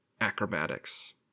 acrobatics